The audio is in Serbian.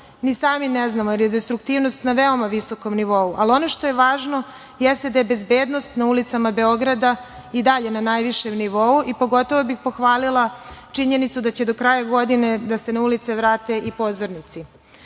ni sami ne znamo, jer je destruktivnost na veoma visokom nivou. Ali, ono što je važno jeste da je bezbednost na ulicama Beograda i dalje na najvišem nivou. Pogotovo bih pohvalila činjenicu da će do kraja godine na ulice da se vrate